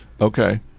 Okay